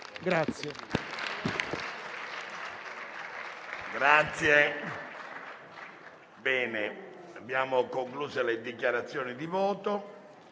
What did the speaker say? Grazie,